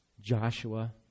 Joshua